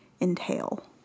entail